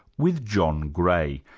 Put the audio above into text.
with john gray,